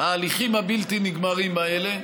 ההליכים הבלתי-נגמרים האלה,